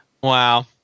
Wow